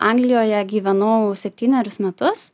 anglijoje gyvenau septynerius metus